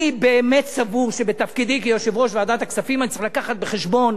אני באמת סבור שבתפקידי כיושב-ראש ועדת הכספים אני צריך להביא בחשבון